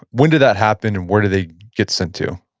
when did that happen, and where do they get sent to?